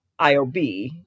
IOB